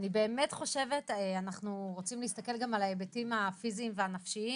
אנחנו רוצים להסתכל גם על ההיבטים הפיזיים והנפשיים,